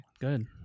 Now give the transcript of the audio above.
good